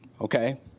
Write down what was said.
Okay